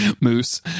moose